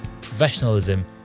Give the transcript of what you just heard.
professionalism